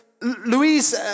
Louise